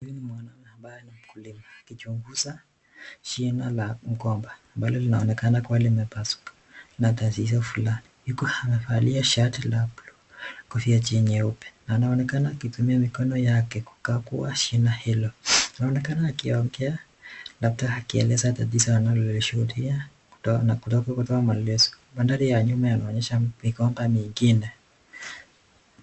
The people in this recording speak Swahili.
Huyu ni mwanaume ambaye ni mkulima akichunguza shina la mgomba ambalo linaonekana kua limepasuka na tatizo fulani , huku amevalia shati la buluu na kofia jeupe. Anaonekana akitumia mikono yake kukagua shina hilo, anaonekana akiongea labda akieleza tatizo analolishuhudia na kutoa maelezo. Mandhari ya nyuma yanaonesha migomba mingine.